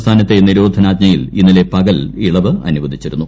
സംസ്ഥാനത്തെ നിരോധനാജ്ഞയിൽ ഇന്നലെ പകൽ ഇളവ് അനുവദിച്ചിരുന്നു